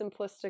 simplistic